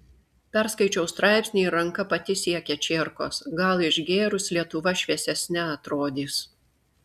perskaičiau straipsnį ir ranka pati siekia čierkos gal išgėrus lietuva šviesesne atrodys